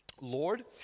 Lord